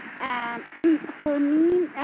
and for me,